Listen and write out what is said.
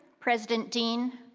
president deane,